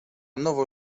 nowo